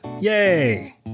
Yay